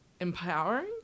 empowering